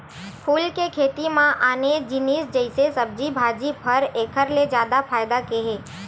फूल के खेती म आने जिनिस जइसे सब्जी भाजी, फर एखर ले जादा फायदा के हे